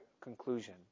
conclusion